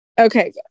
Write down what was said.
Okay